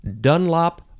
Dunlop